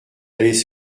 allez